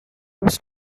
was